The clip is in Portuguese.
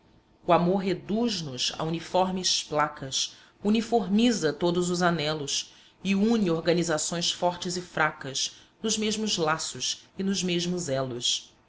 o amor reduz nos a uniformes placas uniformiza todos os anelos e une organizações fortes e fracas nos mesmos laços e nos mesmos elos